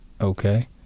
Okay